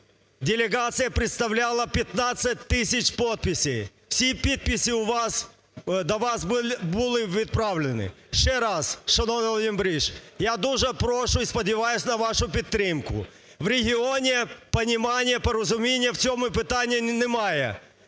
Делегація представляла 15 тисяч подписей, всі підписи до вас були відправлені. Ще раз, шановний Володимир Борисович, я дуже прошу і сподіваюсь на вашу підтримку. В регіону понимание, порозуміння в цьому питання немає.